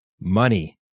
Money